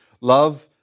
love